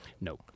No